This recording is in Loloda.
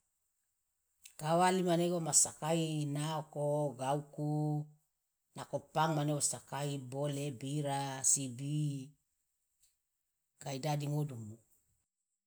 kawali manege womassakai naoko gauku nako pang mane wossakai bole bira sibi kaidadi ngodumu.